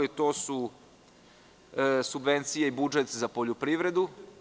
To su subvencije i budžet za poljoprivredu.